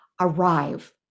arrive